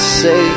say